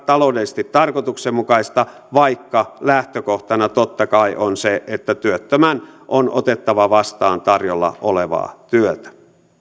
taloudellisesti tarkoituksenmukaista vaikka lähtökohtana totta kai on se että työttömän on otettava vastaan tarjolla olevaa työtä